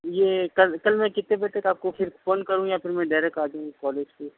یہ کل کل میں کتنے بجے تک آپ کو پھر کال کروں یا پھر میں ڈائریکٹ آ جاؤں کالج کو